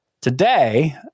Today